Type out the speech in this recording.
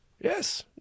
yes